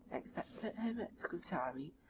expected him at scutari,